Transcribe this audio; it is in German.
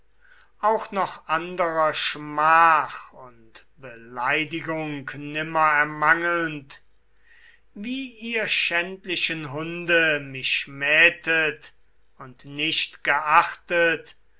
auch noch anderer schmach und beleidigung nimmer ermangelnd wie ihr schändlichen hunde mich schmähetet und nicht geachtet